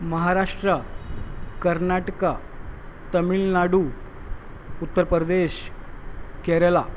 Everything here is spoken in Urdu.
مہاراشٹرا کرناٹکا تمل ناڈو اتر پردیش کیرلہ